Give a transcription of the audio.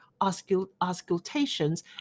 auscultations